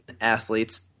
athletes